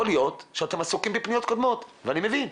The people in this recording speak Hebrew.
יכול להיות שאתם עסוקים בפניות קודמות ואני מבין,